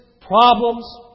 problems